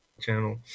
channel